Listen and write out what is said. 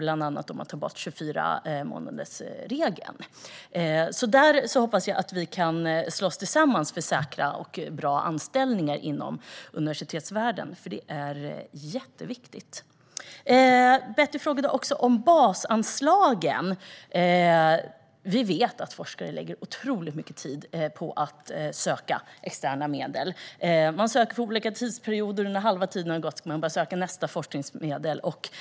Det handlar bland annat om att ta bort 24-månadersregeln. Jag hoppas att vi kan slåss tillsammans för säkra och bra anställningar inom universitetsvärlden. Det är mycket viktigt. Betty Malmberg ställde också frågor om basanslagen. Vi vet att forskare lägger otroligt mycket tid på att söka externa medel. De söker för olika tidsperioder. När halva tiden har gått måste de söka forskningsmedel för nästa period.